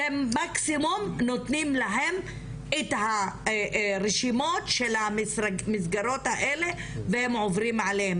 אתם מקסימום נותנים להם את הרשימות של המסגרות האלה והם עוברים עליהם,